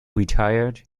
retired